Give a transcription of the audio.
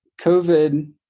COVID